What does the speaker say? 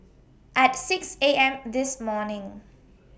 At six A M This morning